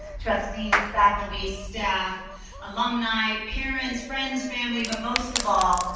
trustees, faculty, staff alumni, parents, friends, family but most of all,